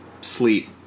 sleep